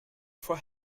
for